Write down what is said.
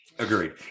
Agreed